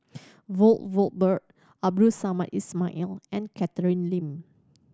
Valberg Abdul Samad Ismail and Catherine Lim